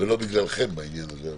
ולא בגללכם בעניין הזה.